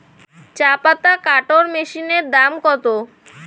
চাপাতা কাটর মেশিনের দাম কত?